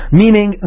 meaning